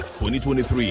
2023